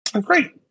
Great